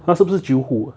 她是不是 jiu hu